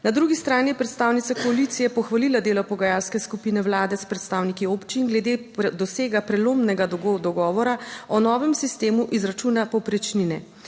Na drugi strani je predstavnica koalicije pohvalila delo pogajalske skupine Vlade s predstavniki občin glede dosega prelomnega dogovora o novem sistemu izračuna povprečnine.